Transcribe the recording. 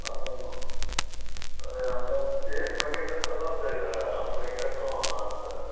आबऽ नऽ अरे हमरा तऽ पेटमे एखैन तऽ दरद होइ रहए हम देखेतहुँ अहाँ से